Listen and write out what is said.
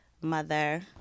mother